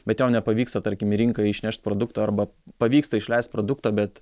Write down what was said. bet jom nepavyksta tarkim į rinką išnešt produkto arba pavyksta išleist produktą bet